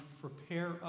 prepare